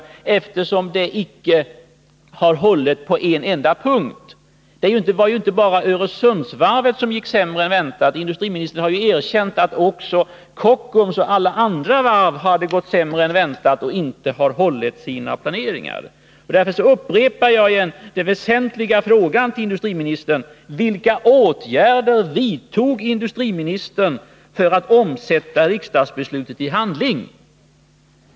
De har ju icke hållit på en enda punkt. 2 Det var inte bara Öresundsvarvet som gick sämre än väntat. Industriministern har ju erkänt att också Kockums och alla andra varv har gått sämre än väntat och att de inte har hållit sina planeringar. Därför upprepar jag återigen den väsentliga frågan till industriministern: Vilka åtgärder vidtog industriministern i syfte att omsätta riksdagsbeslutet i handling?